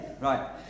Right